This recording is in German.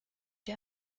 die